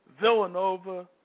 Villanova